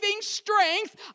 strength